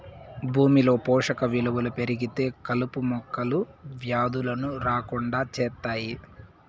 భూమిలో పోషక విలువలు పెరిగితే కలుపు మొక్కలు, వ్యాధులను రాకుండా చేత్తాయి